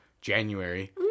January